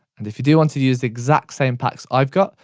and if you do want to use the exact same packs i've got,